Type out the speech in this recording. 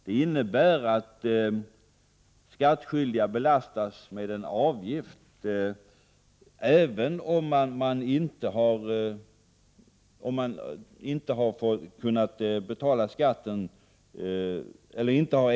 Detta innebär att skattskyldiga belastas med en avgift även om de inte har erhållit kontrolluppgifter. För att Prot.